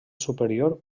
superior